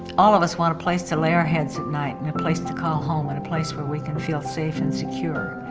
all of us want a place to lay our heads at night, and place to call home, and a place where we can feel safe and secure.